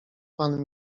pan